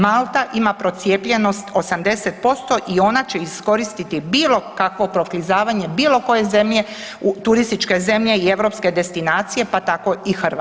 Malta ima procijepljenost 80% i ona će iskoristiti bilo kakvo proklizavanje bilo koje zemlje, turističke zemlje i europske destinacije, pa tako i Hrvatske.